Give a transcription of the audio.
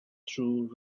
through